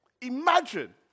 Imagine